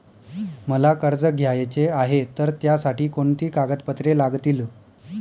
मला कर्ज घ्यायचे आहे तर त्यासाठी कोणती कागदपत्रे लागतील?